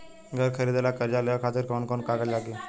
घर खरीदे ला कर्जा लेवे खातिर कौन कौन कागज लागी?